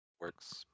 Works